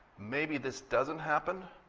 maybe this doesn't happen,